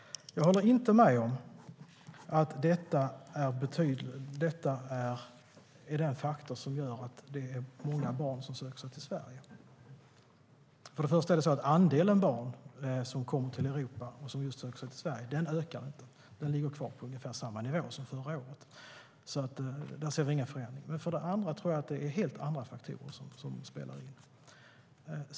Jag håller inte med om att detta är den faktor som gör att många barn söker sig till Sverige. För det första ökar inte andelen barn som kommer till Europa och som söker sig till just Sverige. Den ligger kvar på ungefär samma nivå som förra året. Där ser vi inga förändringar. För det andra tror jag att det är helt andra faktorer som spelar in.